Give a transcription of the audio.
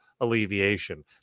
alleviation